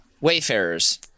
Wayfarers